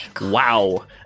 Wow